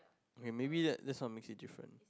maybe that that some makes it differences